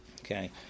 Okay